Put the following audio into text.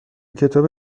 کتاب